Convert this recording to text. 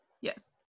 Yes